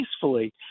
peacefully